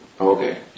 Okay